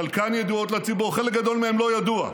חלקן ידועות לציבור, חלק גדול מהן לא ידוע,